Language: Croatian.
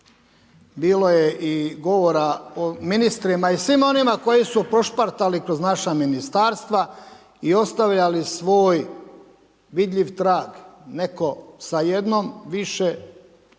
bilo je i govora ministrima i svima onima koji su prošpartali kroz naša ministarstva i ostavljali svoj vidljiv trag, netko sa jednom više nula